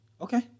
Okay